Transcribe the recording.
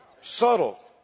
Subtle